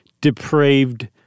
depraved